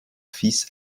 fils